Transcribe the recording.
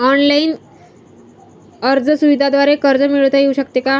Online अर्ज सुविधांद्वारे कर्ज मिळविता येऊ शकते का?